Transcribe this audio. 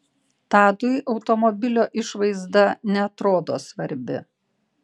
tadui automobilio išvaizda neatrodo svarbi